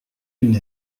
une